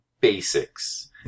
basics –